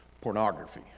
pornography